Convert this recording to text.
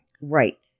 right